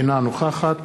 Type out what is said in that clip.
אינה נוכחת